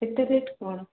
ଏତେ ରେଟ୍ କ'ଣ